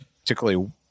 particularly